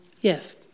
yes